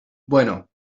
bueno